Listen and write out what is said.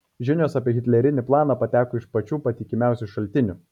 žinios apie hitlerinį planą pateko iš pačių patikimiausių šaltinių